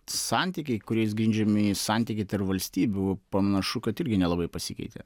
santykiai kuriais grindžiami santykiai tarp valstybių panašu kad irgi nelabai pasikeitė